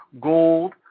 gold